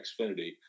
Xfinity